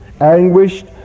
anguished